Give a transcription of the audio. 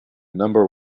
number